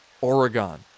Oregon